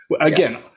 Again